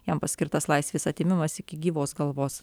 jam paskirtas laisvės atėmimas iki gyvos galvos